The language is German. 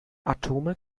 atome